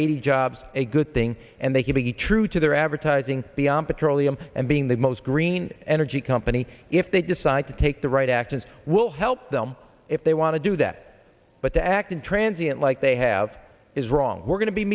eighty jobs a good thing and they could be true to their advertising beyond petroleum and being the most green energy company if they decide to take the right actions will help them if they want to do that but the act intransient like they have is wrong we're going to be